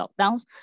lockdowns